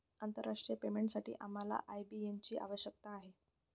आंतरराष्ट्रीय पेमेंटसाठी आम्हाला आय.बी.एन ची आवश्यकता आहे